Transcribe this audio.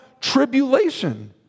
tribulation